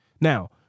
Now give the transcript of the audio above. Now